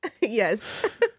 Yes